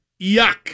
yuck